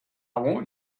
want